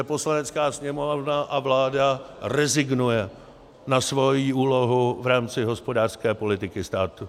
Poslanecká sněmovna a vláda rezignuje na svoji úlohu v rámci hospodářské politiky státu.